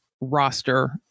roster